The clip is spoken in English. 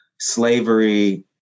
slavery